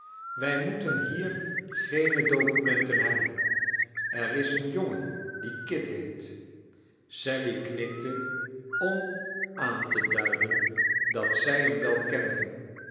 wij moeten hier geene documenten hebben er is een jongen die kit heet sally knikte om aan te duiden dat zij hem wel kende